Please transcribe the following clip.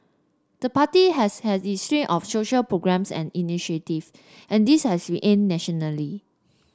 the party has had its slew of social programmes and initiative and these has aimed nationally